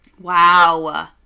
Wow